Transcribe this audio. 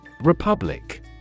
Republic